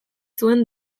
zuen